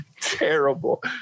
terrible